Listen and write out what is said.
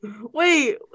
Wait